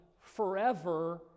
forever